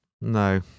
No